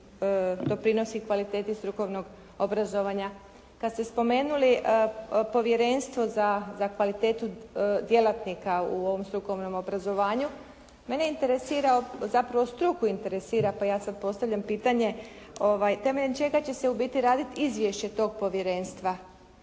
doprinosi kvaliteti strukovnog obrazovanja. Kad ste spomenuli povjerenstvo za kvalitetu djelatnika u ovom strukovnom obrazovanju, mene interesira, zapravo struku interesira pa ja sada postavljam pitanje, temeljem čega će se u biti raditi izvješće tog povjerenstva